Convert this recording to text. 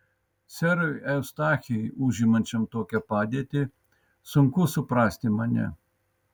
serui eustachijui užimančiam tokią padėtį sunku suprasti mane